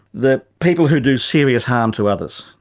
the people who do serious harm to others,